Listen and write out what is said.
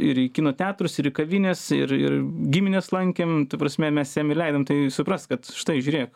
ir į kino teatrus ir į kavines ir ir gimines lankėm ta prasme mes jam ir leidom tai suprast kad štai žiūrėk